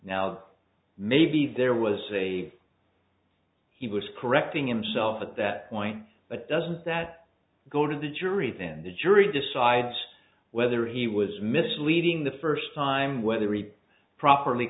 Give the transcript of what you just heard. now maybe there was a he was correcting himself at that point but doesn't that go to the jury then the jury decides whether he was misleading the first time whether read properly